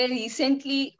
recently